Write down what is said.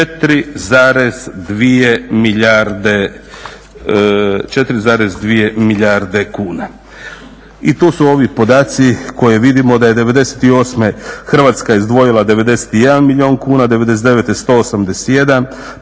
4,2 milijarde kune. I tu su ovi podaci koje vidimo da je 98. Hrvatska izdvojila 91 milijun kuna, 99. 181